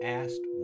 asked